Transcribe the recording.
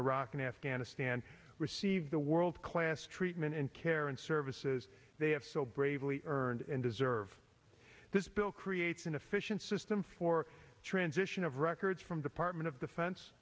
iraq and afghanistan receive the world class treatment and care and services they have so bravely earned and deserve this bill creates an efficient system for transition of records from department of defen